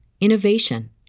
innovation